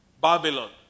Babylon